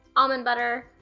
almond butter,